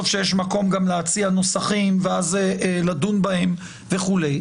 שיש מקום גם להציע נוסחים ואז לדון בהם וכולי.